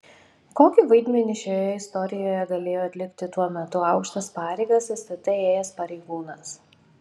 kokį vaidmenį šioje istorijoje galėjo atlikti tuo metu aukštas pareigas stt ėjęs pareigūnas